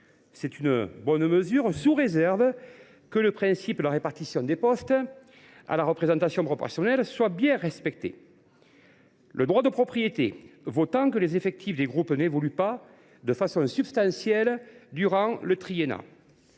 Voilà une bonne mesure, sous réserve que le principe de la répartition des postes à la représentation proportionnelle soit bien respecté. En effet, le droit de « propriété » ne vaut que tant que les effectifs des groupes n’évoluent pas de façon substantielle durant le triennat.